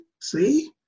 see